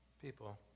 People